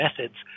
methods